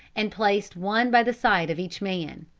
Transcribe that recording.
and placed one by the side of each man,